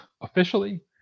officially